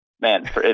man